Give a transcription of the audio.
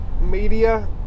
media